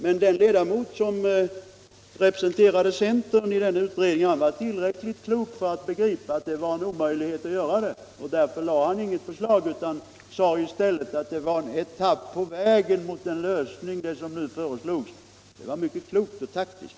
Men den ledamot som representerade centern i den utredningen var tillräckligt klok för att begripa att det var omöjligt att göra det. Därför lade han inget förslag utan sade i stället att det som nu föreslogs var en etapp på vägen mot en lösning. Det var mycket klokt och taktiskt.